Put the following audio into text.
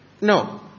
No